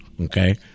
Okay